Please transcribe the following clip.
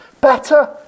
Better